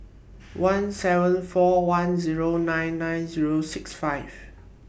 one seven four one Zero nine nine Zero six five